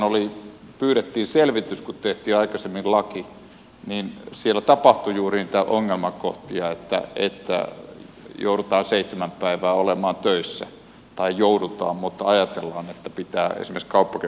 tästähän pyydettiin selvitys kun tehtiin aikaisemmin laki ja siellä tapahtui juuri niitä ongelmakohtia että joudutaan seitsemän päivää olemaan töissä tai joudutaan mutta ajatellaan että pitää esimerkiksi kauppakeskuksen näkökulmasta olla